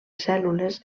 cèl·lules